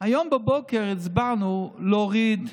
היום בבוקר הצבענו להוריד,